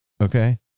Okay